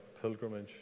pilgrimage